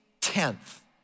tenth